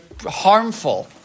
harmful